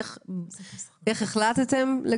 איך החלטתם?